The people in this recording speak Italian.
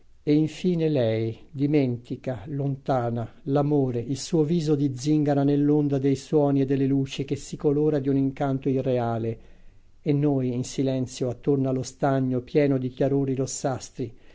e in fine lei dimentica lontana l'amore il suo viso di zingara nell'onda dei suoni e delle luci che si colora di un incanto irreale e noi in silenzio attorno allo stagno pieno di chiarori rossastri